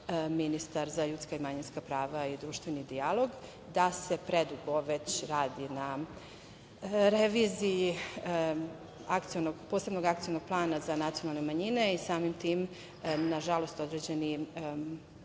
ministar za ljudska i manjinska prava i društveni dijalog, da se predugo već radi na reviziji akcionog plana za nacionalne manjine i samim tim, određeni